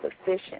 sufficient